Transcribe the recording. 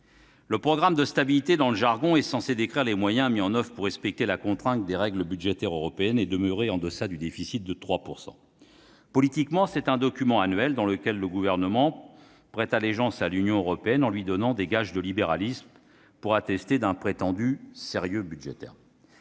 Le programme de stabilité, dans le jargon, est censé décrire les moyens mis en oeuvre pour respecter la contrainte des règles budgétaires européennes et maintenir le déficit en deçà de 3 % du PIB. D'un point de vue politique, c'est un document annuel, dans lequel le Gouvernement prête allégeance à l'Union européenne, en lui donnant des gages de libéralisme pour attester d'un prétendu sérieux budgétaire.